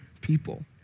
people